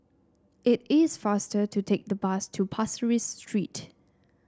it is faster to take the bus to Pasir Ris Street